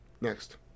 Next